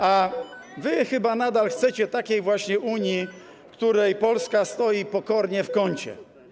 A wy chyba nadal chcecie takiej Unii, w której Polska stoi pokornie w kącie.